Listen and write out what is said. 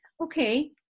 okay